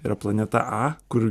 yra planeta a kur